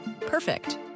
Perfect